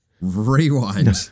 Rewind